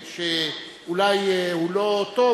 שאולי הוא לא טוב,